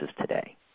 today